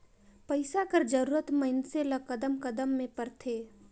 पइसा कर जरूरत मइनसे ल कदम कदम में परथे